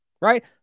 right